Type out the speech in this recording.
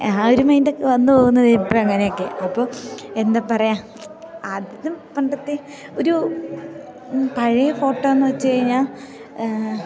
ആ ഒരു മൈൻ്റൊക്കെ വന്നു പോകുന്നത് ഇപ്പോൾ അങ്ങനെയൊക്കെ അപ്പോൾ എന്താ പറയുക ആദ്യം പണ്ടത്തെ ഒരു പഴയ ഫോട്ടോയെന്നു വെച്ചു കഴിഞ്ഞാൽ